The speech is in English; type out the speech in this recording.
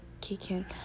kicking